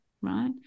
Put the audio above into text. right